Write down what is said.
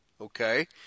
Okay